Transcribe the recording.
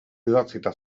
idatzita